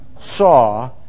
saw